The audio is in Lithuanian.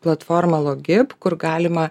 platforma logip kur galima